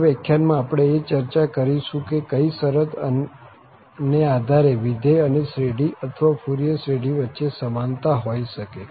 આવતા વ્યાખ્યાનમાં આપણે એ ચર્ચા કરીશું કે કઈ શરત ને આધારે વિધેય અને શ્રેઢી અથવા ફુરિયર શ્રેઢીવચ્ચે સમાનતા હોઈ શકે